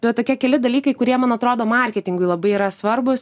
bet tokie keli dalykai kurie man atrodo marketingui labai yra svarbūs